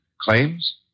claims